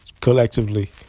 collectively